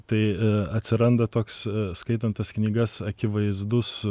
tai atsiranda toks skaitant tas knygas akivaizdus